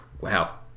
Wow